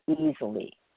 easily